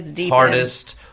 hardest